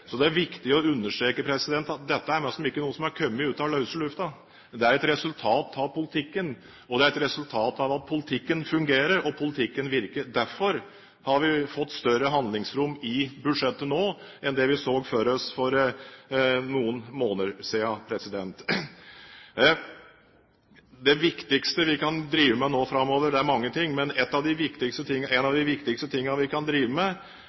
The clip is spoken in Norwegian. Det er viktig å understreke at dette ikke er noe som har kommet ut av løse lufta, men det er et resultat av politikken, og det er et resultat av at politikken fungerer, og at politikken virker. Derfor har vi nå fått større handlingsrom i budsjettet enn det vi så for oss for noen måneder siden. Noe av det viktigste vi kan drive med nå framover – det er mange ting – er å foredle og utvikle arbeidskraften, fordi arbeidskraften er 80 pst. av